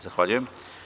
Zahvaljujem.